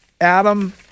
Adam